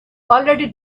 already